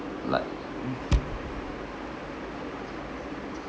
like